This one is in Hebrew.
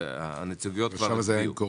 הנציגויות כבר הצביעו,